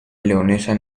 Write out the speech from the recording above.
leonesa